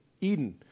Eden